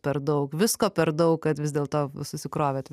per daug visko per daug kad vis dėlto susikrovėt